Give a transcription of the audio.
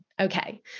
Okay